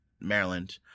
Maryland